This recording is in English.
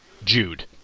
Jude